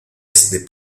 the